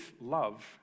love